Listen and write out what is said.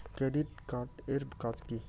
Credit card এর কাজ কি?